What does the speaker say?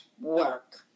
work